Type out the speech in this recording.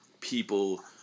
people